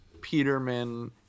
Peterman